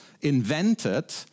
invented